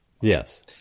yes